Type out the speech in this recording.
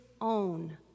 own